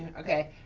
okay,